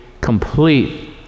complete